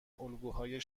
الگوهای